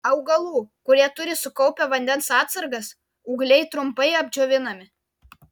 augalų kurie turi sukaupę vandens atsargas ūgliai trumpai apdžiovinami